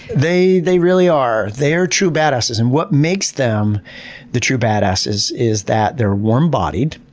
they they really are. they're true badasses. and what makes them the true badasses, is that they're warm bodied,